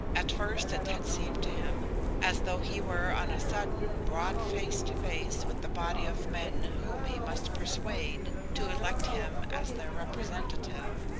at first it had seemed to him as though he were on a sudden brought face to face with a body of men whom he must persuade to elect him as their representative,